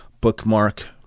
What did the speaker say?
bookmark